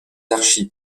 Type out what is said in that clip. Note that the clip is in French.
archives